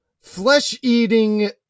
flesh-eating